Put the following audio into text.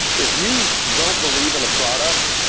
if you don't believe in a product,